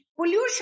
pollution